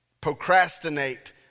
procrastinate